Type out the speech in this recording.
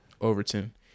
Overton